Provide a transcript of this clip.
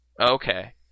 Okay